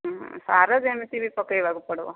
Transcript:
ସାର ଯେମିତିବି ପକାଇବାକୁ ପଡ଼ିବ